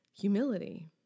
humility